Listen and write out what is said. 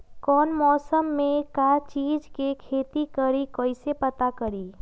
कौन मौसम में का चीज़ के खेती करी कईसे पता करी?